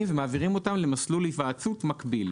ומעבירים אותם למסלול היוועצות מקביל.